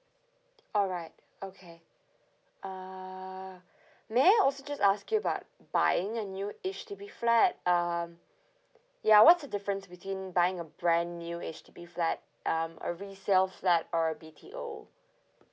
alright okay uh may I also just ask you about buying a new H_D_B flat um ya what's the difference between buying a brand new H_D_B flat um a resale flat or a B_T_O